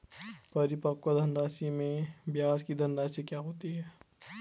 परिपक्व धनराशि में ब्याज की धनराशि क्या होती है?